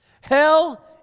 Hell